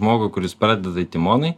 žmogui kuris pradeda tai timonai